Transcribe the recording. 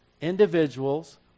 Individuals